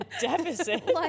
deficit